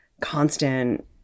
constant